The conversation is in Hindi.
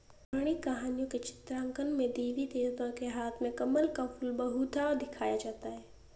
पौराणिक कहानियों के चित्रांकन में देवी देवताओं के हाथ में कमल का फूल बहुधा दिखाया जाता है